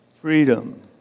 Freedom